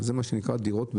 זה מה שנקרא דירות בליסינג.